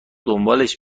دنبالش